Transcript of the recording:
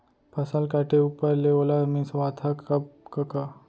फसल काटे ऊपर ले ओला मिंसवाथा कब कका?